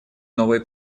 новой